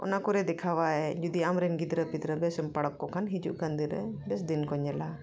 ᱚᱱᱟ ᱠᱚᱨᱮ ᱫᱮᱠᱷᱟᱣ ᱵᱟᱲᱟᱭᱟᱭ ᱡᱩᱫᱤ ᱟᱢᱨᱮᱱ ᱜᱤᱫᱽᱨᱟᱹ ᱯᱤᱫᱽᱨᱟᱹ ᱵᱮᱥᱮᱢ ᱯᱟᱲᱚᱠ ᱠᱚ ᱠᱷᱟᱱ ᱦᱤᱡᱩᱜ ᱠᱟᱱ ᱫᱤᱱᱨᱮ ᱵᱮᱥ ᱫᱤᱱᱠᱚ ᱧᱮᱞᱟ